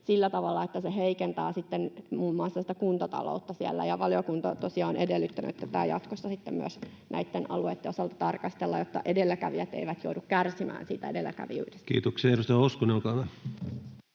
sillä tavalla, että se heikentää muun muassa sitä kuntataloutta siellä. Valiokunta on tosiaan edellyttänyt, että tätä jatkossa myös näitten alueitten osalta tarkastellaan, jotta edelläkävijät eivät joudu kärsimään siitä edelläkävijyydestään.